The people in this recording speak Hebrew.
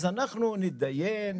אז אנחנו נתדיין,